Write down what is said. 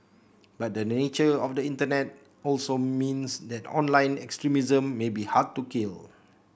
but the nature of the Internet also means that online extremism may be hard to kill